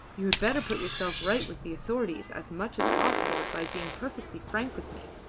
you had better put yourself right with the authorities as much as possible by being perfectly frank with me.